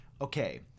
Okay